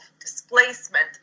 displacement